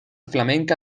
flamenca